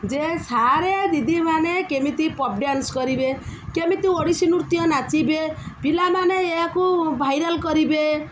ଯେ ସାର୍ ଦିଦିମାନେ କେମିତି ପପ୍ ଡ୍ୟାନ୍ସ କରିବେ କେମିତି ଓଡ଼ିଶୀ ନୃତ୍ୟ ନାଚିବେ ପିଲାମାନେ ଏହାକୁ ଭାଇରାଲ୍ କରିବେ